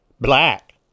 black